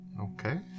Okay